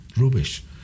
rubbish